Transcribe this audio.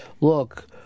look